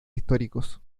históricos